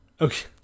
Okay